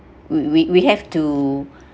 we we we have to